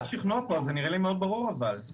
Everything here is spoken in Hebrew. זה נראה לי ברור מאוד.